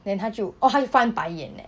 then 她就 orh 她就翻白眼 eh